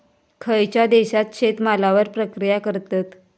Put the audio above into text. खयच्या देशात शेतमालावर प्रक्रिया करतत?